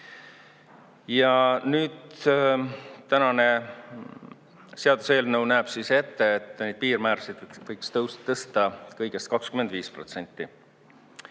Ja nüüd tänane seaduseelnõu näeb ette, et neid piirmäärasid võiks tõusta tõsta kõigest 25%,